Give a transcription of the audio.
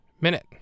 minute